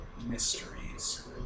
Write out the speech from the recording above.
mysteries